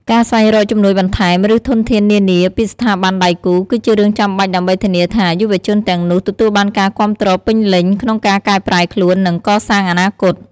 ការស្វែងរក ជំនួយបន្ថែម ឬធនធាននានា ពីស្ថាប័នដៃគូ គឺជារឿងចាំបាច់ដើម្បីធានាថា យុវជនទាំងនោះទទួលបានការគាំទ្រពេញលេញក្នុងការកែប្រែខ្លួន និងកសាងអនាគត។